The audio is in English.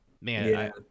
Man